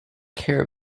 care